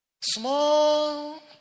small